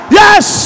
yes